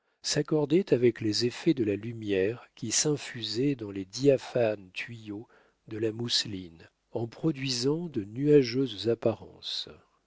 s'accordaient avec les effets de la lumière qui s'infusait dans les diaphanes tuyaux de la mousseline en produisant de nuageuses apparences